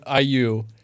IU